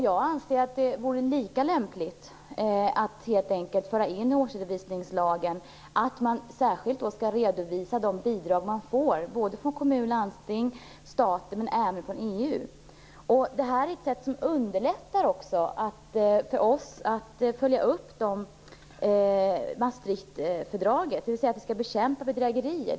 Jag anser att det vore lika lämpligt att helt enkelt föra in i årsredovisningslagen att man särskilt skall redovisa de bidrag som man får från kommun och landsting, från staten och även från EU. Detta skulle underlätta för oss att följa upp Maastrichtfördraget när det gäller att bekämpa bedrägerier.